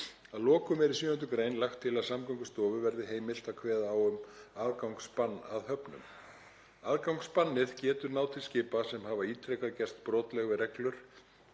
Að lokum er í 7. gr. lagt til að Samgöngustofu verði heimilt að kveða á um aðgangsbann að höfnum. Aðgangsbannið getur náð til skipa sem hafa ítrekað gerst brotleg við reglur